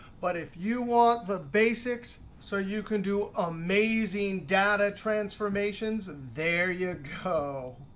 but if you want the basics so you can do amazing data transformations, there you go.